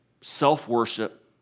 self-worship